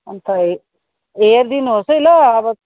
अन्त हेर हेरिदिनु होस् है ल अब